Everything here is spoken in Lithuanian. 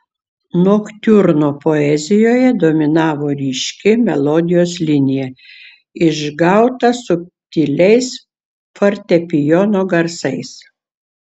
noktiurno poezijoje dominavo ryški melodijos linija išgauta subtiliais fortepijono garsais